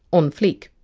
on fleek!